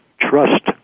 trust